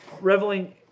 reveling